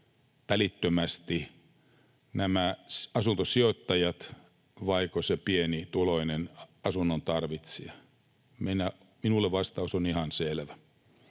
välittömästi: nämä asuntosijoittajat vaiko se pienituloinen asunnon tarvitsija. Minulle vastaus on ihan selvä